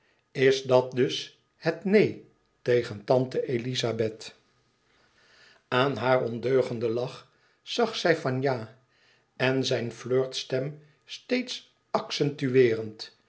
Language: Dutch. is dat dus het neen tegen tante elizabeth aan haar ondeugenden lach zag hij van ja en zijn flirtstem steeds accentueerend